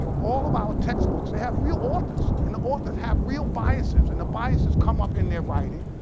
all of our textbooks, they have real authors, and the authors have real biases, and the biases come up in their writing.